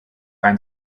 ein